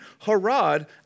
Harad